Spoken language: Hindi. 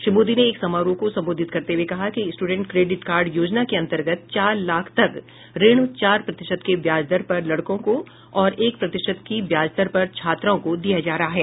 श्री मोदी ने एक समारोह को संबोधित करते हये कहा कि स्ट्रडेंट क्रेडिट कार्ड योजना के अन्तर्गत चार लाख तक ऋण चार प्रतिशत के ब्याज दर पर लड़कों को और एक प्रतिशत की ब्याज दर पर छात्राओं को दिया जा रहा है